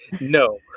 No